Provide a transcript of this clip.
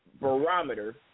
barometer